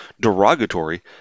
derogatory